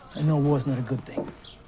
i know war is not a good thing.